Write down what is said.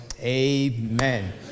Amen